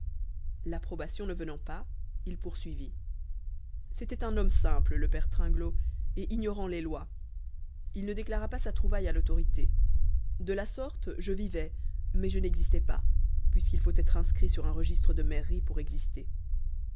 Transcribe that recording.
l'approbation ne venant pas il poursuivit c'était un homme simple le père tringlot et ignorant les lois il ne déclara pas sa trouvaille à l'autorité de la sorte je vivais mais je n'existais pas puisqu'il faut être inscrit sur un registre de mairie pour exister